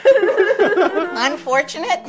Unfortunate